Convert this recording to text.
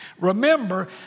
Remember